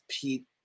Pete